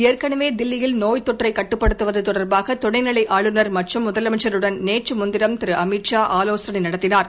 ஏற்கனவே தில்லியில் நோய் தொற்றை கட்டுப்படுத்துவது தொடர்பாக துணைநிலை ஆளுநர் மற்றும் முதலமைச்சருடன் நேற்று முன்தினம் திரு அமித்ஷா ஆலோசனை நடத்தினார்